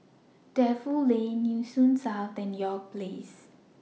Defu Lane Nee Soon South and York Place